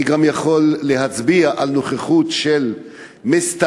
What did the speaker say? אני גם יכול להצביע על נוכחות של מסתערבים